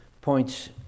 points